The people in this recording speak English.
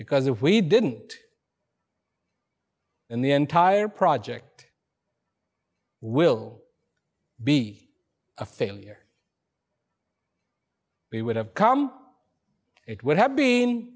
because if we didn't and the entire project will be a failure we would have come it would